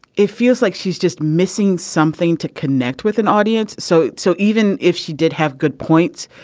it feels like she's just missing something to connect with an audience so so even if she did have good points